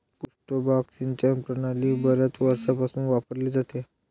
पृष्ठभाग सिंचन प्रणाली बर्याच वर्षांपासून वापरली जाते